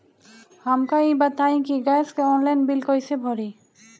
हमका ई बताई कि गैस के ऑनलाइन बिल कइसे भरी?